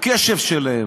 הקשב שלהם,